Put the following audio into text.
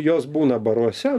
jos būna baruose